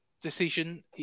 decision